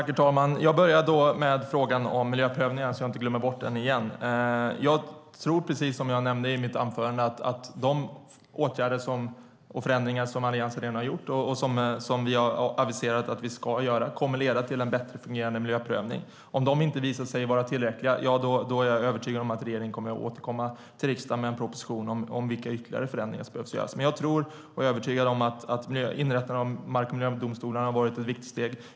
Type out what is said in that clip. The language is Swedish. Herr talman! Jag börjar med frågan om miljöprövningar så att jag inte glömmer den igen. Precis som jag nämnde i mitt anförande tror jag att de åtgärder och förändringar som Alliansen har gjort och ska göra kommer att leda till en bättre fungerande miljöprövning. Om dessa visar sig vara otillräckliga är jag övertygad om att regeringen återkommer till riksdagen med en proposition om ytterligare förändringar. Jag är övertygad om att inrättandet av mark och miljödomstolarna har varit ett viktigt steg.